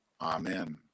Amen